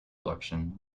collection